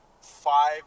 five